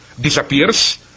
disappears